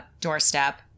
Doorstep